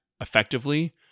effectively